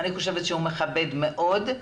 אני חושבת שהוא מכבד מאוד.